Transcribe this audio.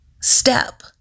step